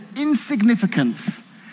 insignificance